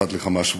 אחת לכמה שבועות.